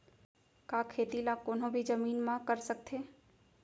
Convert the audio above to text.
का खेती ला कोनो भी जमीन म कर सकथे?